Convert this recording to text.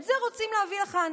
את זה רוצים להביא לכאן.